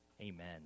Amen